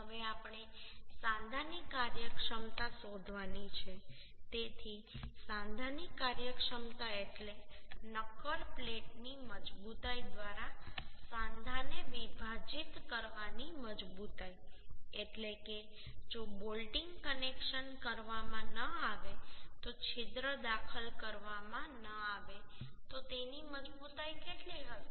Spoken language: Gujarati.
હવે આપણે સાંધાની કાર્યક્ષમતા શોધવાની છે તેથી સાંધાની કાર્યક્ષમતા એટલે નક્કર પ્લેટની મજબૂતાઈ દ્વારા સાંધાને વિભાજિત કરવાની મજબૂતાઈ એટલે કે જો બોલ્ટિંગ કનેક્શન કરવામાં ન આવે તો છિદ્ર દાખલ કરવામાં ન આવે તો તેની મજબૂતાઈ કેટલી હશે